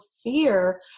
fear